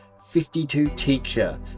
52-teacher